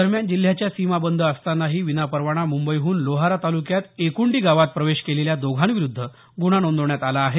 दरम्यान जिल्ह्याच्या सीमा बंद असतानाही विनापरवाना मुंबईहून लोहारा तालुक्यात एकुंडी गावात प्रवेश केलेल्या दोघांविरूद्ध गुन्हा नोंदवण्यात आला आहे